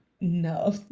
no